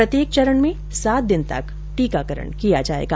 प्रत्येक चरण में सात दिन तक टीकाकरण किया जायेगा